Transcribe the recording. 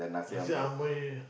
Nasi-Ambeng